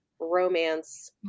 romance